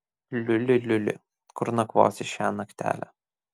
liuli liuli kur nakvosi šią naktelę